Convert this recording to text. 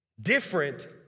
Different